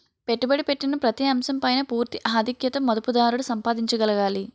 పెట్టుబడి పెట్టిన ప్రతి అంశం పైన పూర్తి ఆధిక్యత మదుపుదారుడు సంపాదించగలగాలి